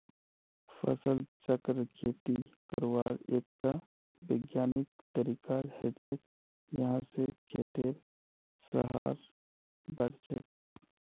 फसल चक्र खेती करवार एकटा विज्ञानिक तरीका हछेक यहा स खेतेर सहार बढ़छेक